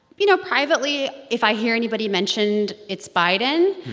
you know, privately, if i hear anybody mentioned, it's biden.